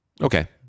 Okay